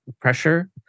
pressure